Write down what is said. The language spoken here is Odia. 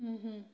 ହୁଁ ହୁଁ